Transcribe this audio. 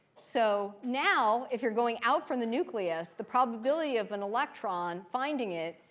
so now if you're going out from the nucleus, the probability of an electron, finding it,